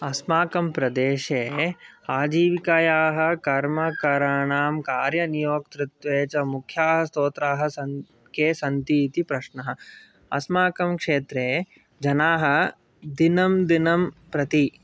अस्माकं प्रदेशे आजीविकायाः कर्मकराणां कार्य नियोक्तृत्वे च मुख्याः स्तोत्राः के सन्ति इति प्रश्नः अस्माकं क्षेत्रे जनाः दिनं दिनं प्रति